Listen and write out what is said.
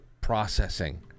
processing